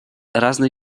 разные